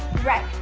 right,